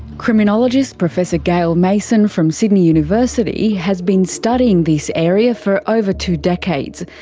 criminologist professor gail mason from sydney university has been studying this area for over two decades.